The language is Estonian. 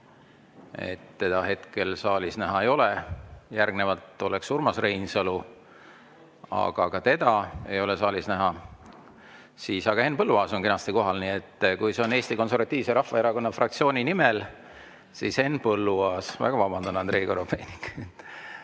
teda hetkel saalis näha ei ole. Järgmisena oleks Urmas Reinsalu, kuid ka teda ei ole saalis näha. Aga Henn Põlluaas on kenasti kohal. Nii et kui see on Eesti Konservatiivse Rahvaerakonna fraktsiooni nimel, siis Henn Põlluaas. Väga vabandan, Andrei Korobeinik!